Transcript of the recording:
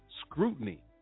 scrutiny